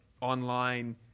online